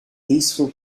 peaceful